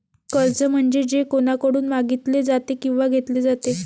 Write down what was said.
कर्ज म्हणजे जे कोणाकडून मागितले जाते किंवा घेतले जाते